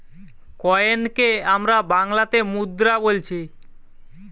কয়েনকে আমরা বাংলাতে মুদ্রা বোলছি